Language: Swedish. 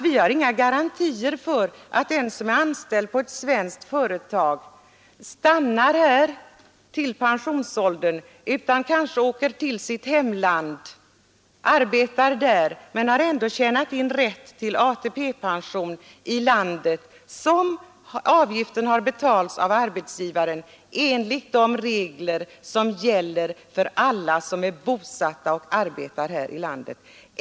Vi har inga garantier att den som är anställd på ett svenskt företag stannar här till pensionsåldern. Han kanske åker till sitt hemland och arbetar där. Men han har ändå tjänat in rätt till ATP-pension här i landet, till vilken avgiften betalts av arbetsgivaren enligt de regler som gäller för alla som är bosatta och arbetar här i landet.